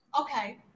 Okay